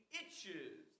itches